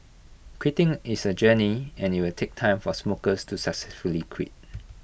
quitting is A journey and IT will take time for smokers to successfully quit